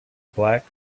black